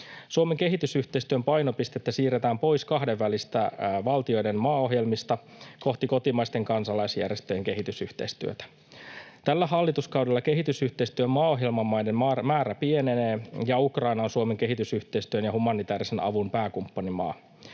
Suomen kehitysyhteistyön painopistettä siirretään pois kahdenvälisistä valtioiden maaohjelmista kohti kotimaisten kansalaisjärjestöjen kehitysyhteistyötä. Tällä hallituskaudella kehitysyhteistyön maaohjelman maiden määrä pienenee, ja Ukraina on Suomen kehitysyhteistyön ja humanitäärisen avun pääkumppanimaa.